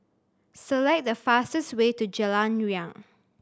select the fastest way to Jalan Riang